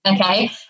okay